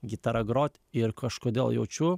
gitara groti ir kažkodėl jaučiu